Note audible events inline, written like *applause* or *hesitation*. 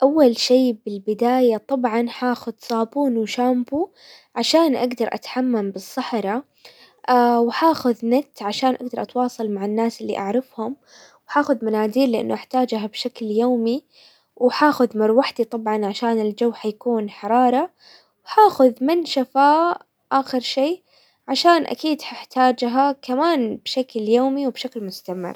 اول شي بالبداية طبعا حاخد صابون وشامبو عشان اقدر اتحمم بالصحرا، *hesitation* وحاخذ نت عشان اقدر اتواصل مع الناس اللي اعرفهم، وحاخد مناديل لانه احتاجها بشكل يومي، وحاخذ مروحتي طبعا عشان الجو حيكون حرارةن وحاخذ منشفة اخر شي عشان اكيد ححتاجها كمان بشكل يومي وبشكل مستمر.